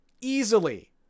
easily